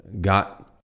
got